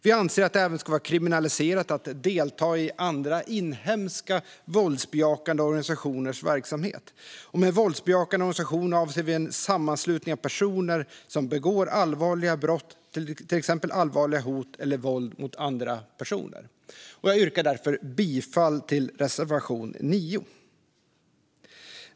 Vi anser att det även ska vara kriminaliserat att delta i andra inhemska våldsbejakande organisationers verksamhet. Med våldsbejakande organisation avser vi en sammanslutning av personer som begår allvarliga brott, till exempel allvarliga hot eller våld mot andra personer. Jag yrkar därför bifall till reservation 9. Fru talman!